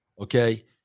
okay